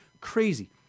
crazy